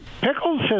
Pickles